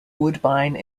woodbine